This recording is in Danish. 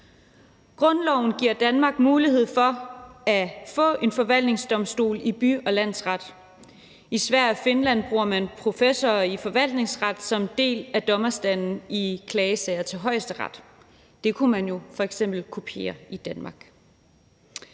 Grundloven giver Danmark mulighed for at få en forvaltningsdomstol i by- og landsret. I Sverige og Finland bruger man professorer i forvaltningsret som en del af dommerstanden i klagesager til deres højesteret. Det kunne man jo f.eks. kopiere i Danmark.